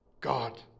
God